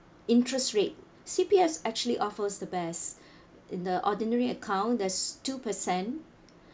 interest rate C_P_F actually offers the best in the ordinary account there's two percent